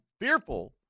fearful